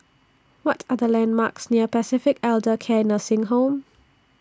What Are The landmarks near Pacific Elder Care Nursing Home